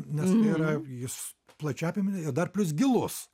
nes yra jis plačia apimtim ir dar plius gilus